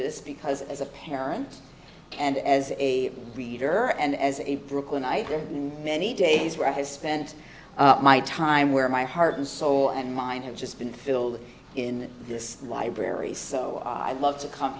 this because as a parent and as a reader and as a brooklynite there and many days where i have spent my time where my heart and soul and mind have just been filled in this library so i'd love to come